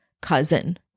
cousin